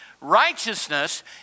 Righteousness